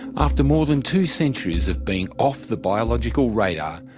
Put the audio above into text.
after more than two centuries of being off the biological radar,